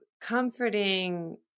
comforting